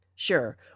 Sure